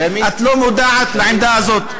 את לא מודעת לעמדה הזאת?